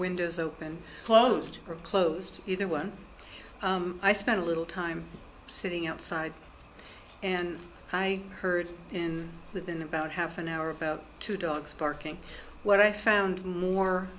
windows open closed or closed either one i spent a little time sitting outside and i heard him within about half an hour or two dogs barking what i found more